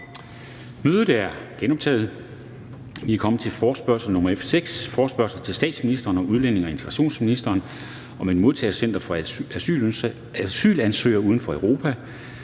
Betænkning 10.12.2020). 19) Forespørgsel nr. F 6: Forespørgsel til statsministeren og udlændinge- og integrationsministeren om et modtagecenter for asylansøgere uden for Europa.